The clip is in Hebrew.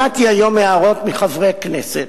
שמעתי היום הערות מחברי כנסת.